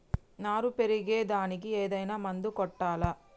నారు పెరిగే దానికి ఏదైనా మందు కొట్టాలా?